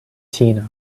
tina